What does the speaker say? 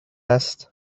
است